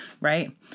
right